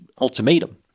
ultimatum